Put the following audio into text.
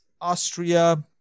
Austria